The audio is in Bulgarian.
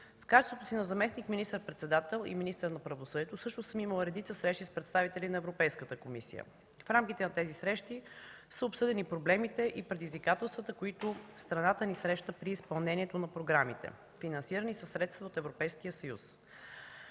В качеството си на заместник министър-председател и министър на правосъдието също съм имала редица срещи с представителите на Европейската комисия. В рамките на тези срещи са обсъдени проблемите и предизвикателствата, които страната ни среща при изпълнението на програмите, финансирани със средства от Европейския съюз.